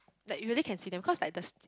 like you really can see them cause like the st~